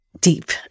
deep